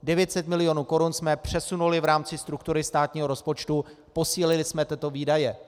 900 milionů korun jsme přesunuli v rámci struktury státního rozpočtu, posílili jsme tyto výdaje.